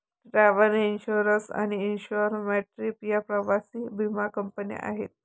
travel insurance आणि insure my trip या प्रवासी विमा कंपन्या आहेत